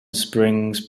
springs